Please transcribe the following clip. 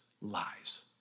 lies